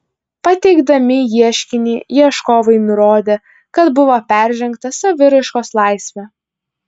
pateikdami ieškinį ieškovai nurodė kad buvo peržengta saviraiškos laisvė